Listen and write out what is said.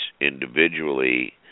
individually